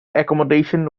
accommodation